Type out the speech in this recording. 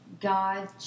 God